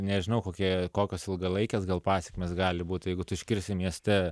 nežinau kokie kokios ilgalaikės gal pasekmės gali būti jeigu tu išgirsi mieste